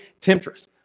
temptress